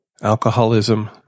alcoholism